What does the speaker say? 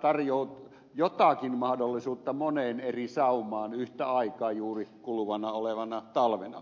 tarjoaa jotakin mahdollisuutta moneen eri saumaan yhtä aikaa juuri kuluvana talvena